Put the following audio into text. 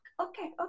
okay